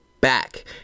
back